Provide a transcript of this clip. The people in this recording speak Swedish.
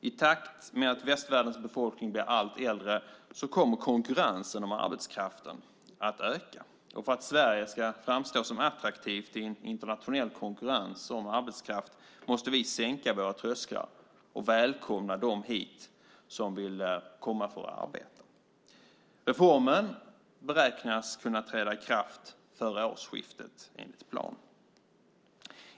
I takt med att västvärldens befolkning blir allt äldre kommer konkurrensen om arbetskraften att öka. För att Sverige ska framstå som attraktivt i en internationell konkurrens om arbetskraft måste vi sänka våra trösklar och välkomna dem som vill komma hit för att arbeta. Reformen beräknas kunna träda i kraft före årsskiftet, enligt plan.